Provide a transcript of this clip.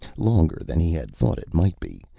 longer than he had thought it might be.